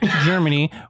Germany